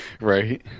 Right